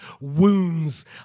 wounds